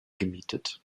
gemietet